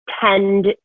tend